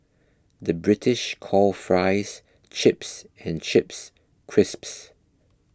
the British call Fries Chips and Chips Crisps